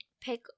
pick